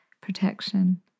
protection